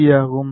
பீ ஆகும்